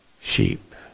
sheep